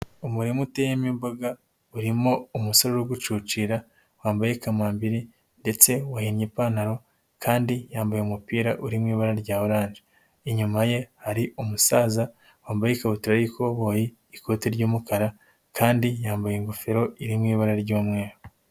Umurima uteyemo imboga, urimo umusore ugucucira wambaye kamambiri, ndetse wa hemye ipantaro, kandi yambaye umupira uri mu ibara rya orange. Inyuma ye hari umusaza wambaye ikabutura y'ikoboyo, ikoti ry'umukara kandi yambaye ingofero irimo ibara ry'umweru.